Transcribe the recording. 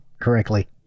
correctly